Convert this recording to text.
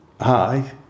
Hi